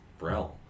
realm